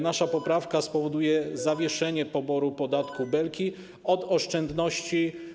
Nasza poprawka spowoduje zawieszenie poboru podatku Belki od drobnych oszczędności.